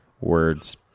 words